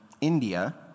India